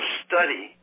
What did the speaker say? study